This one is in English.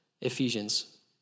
Ephesians